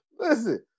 Listen